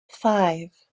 five